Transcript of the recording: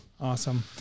Awesome